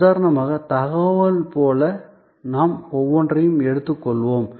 உதாரணமாக தகவல் போல நாம் ஒவ்வொன்றையும் எடுத்துக் கொள்வோம்